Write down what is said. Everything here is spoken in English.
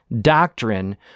doctrine